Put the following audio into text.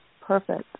Perfect